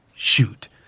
Shoot